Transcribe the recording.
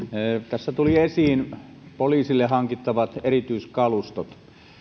tässä tulivat esiin poliisille hankittavat erityiskalustot